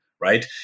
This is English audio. right